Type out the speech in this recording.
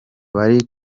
bari